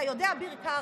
אתה יודע, אביר קארה,